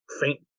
faint